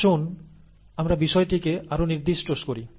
আসুন আমরা বিষয়টিকে আরও নির্দিষ্ট করি